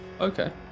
okay